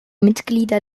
mitglieder